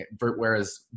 Whereas